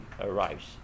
arrives